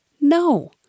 No